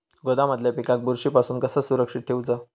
गोदामातल्या पिकाक बुरशी पासून कसा सुरक्षित ठेऊचा?